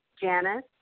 Janice